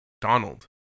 Donald